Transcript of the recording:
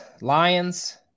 Lions